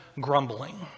grumbling